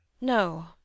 No